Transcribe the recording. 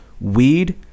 weed